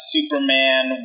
Superman